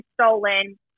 stolen